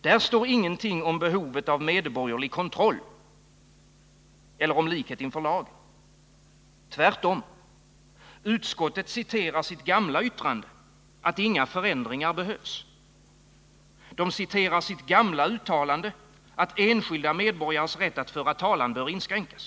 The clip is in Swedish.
Där står inget om behovet av medborgerlig kontroll eller om likhet inför lagen — tvärtom. Utskottet citerar sitt gamla yttrande, att inga förändringar behövs. Man citerar sitt gamla uttalande, att enskilda medborgares rätt att föra talan bör inskränkas.